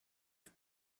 have